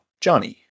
Johnny